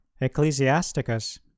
Ecclesiasticus